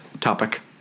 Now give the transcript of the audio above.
topic